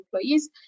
employees